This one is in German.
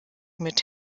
mit